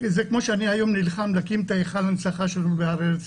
זה כמו שאני היום נלחם להקים את היכל ההנצחה שלנו בהר הרצל,